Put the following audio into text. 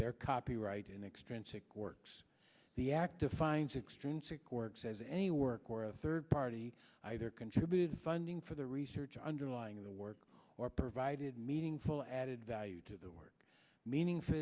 their copyright in extrinsic works the act defines experience it works as any work where a third party either contributed funding for the research underlying the work or provided meaningful added value to the work meaningful